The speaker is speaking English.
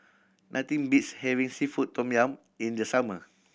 nothing beats having seafood tom yum in the summer